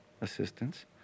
assistance